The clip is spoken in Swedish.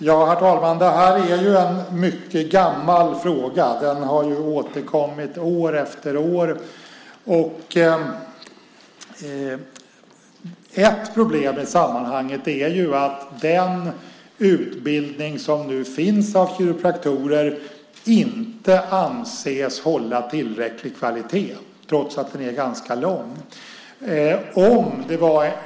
Herr talman! Det här är en mycket gammal fråga; den har återkommit år efter år. Ett problem i sammanhanget är att den utbildning som nu finns av kiropraktorer inte anses hålla tillräcklig kvalitet, trots att den är ganska lång.